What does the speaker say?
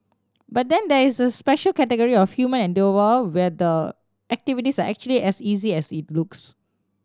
but then there is a special category of human endeavour where the activities are actually as easy as it looks